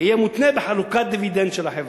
יהיה מותנה בחלוקת דיבידנד של החברה.